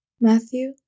Matthew